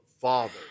Father